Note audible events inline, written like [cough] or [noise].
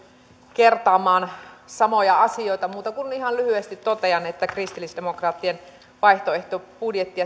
kertaamaan samoja asioita muuta kuin ihan lyhyesti totean että kristillisdemokraattien vaihtoehtobudjettia [unintelligible]